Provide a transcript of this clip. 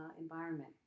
environment